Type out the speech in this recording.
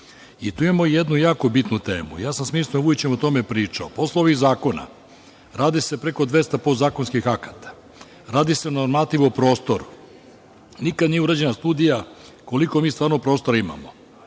i tu imamo jednu jako bitnu temu. Ja sam s ministrom Vujovićem o tome pričao. Poslovi iz zakona, radi se preko 200 podzakonskih akata, radi se na normativu o prostoru, nikad nije urađena studija koliko mi stvarno prostora imamo.